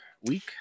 week